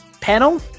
panel